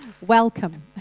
welcome